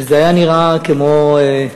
וזה היה נראה כמו,